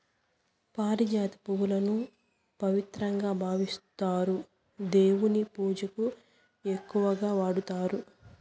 పారిజాత పువ్వులను పవిత్రంగా భావిస్తారు, దేవుని పూజకు ఎక్కువగా వాడతారు